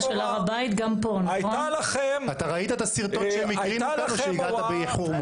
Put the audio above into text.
--- אתה ראית את הסרטון או שהגעת באיחור?